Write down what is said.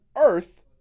earth